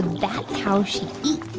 that's how she eats.